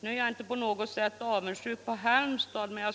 Jag är inte på något sätt avundsjuk på Halmstad, men